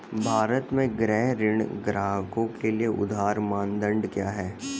भारत में गृह ऋण ग्राहकों के लिए उधार मानदंड क्या है?